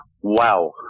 Wow